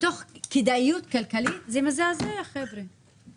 מתוך כדאיות כלכלית, זה מזעזע, חבר'ה.